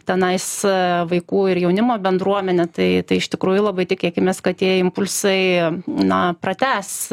tenais vaikų ir jaunimo bendruomene tai tai iš tikrųjų labai tikėkimės kad tie impulsai na pratęs